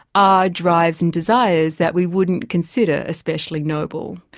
are drives and desires that we wouldn't consider especially noble.